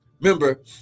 Remember